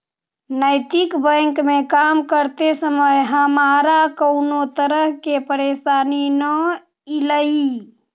नैतिक बैंक में काम करते समय हमारा कउनो तरह के परेशानी न ईलई